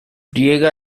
riega